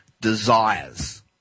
desires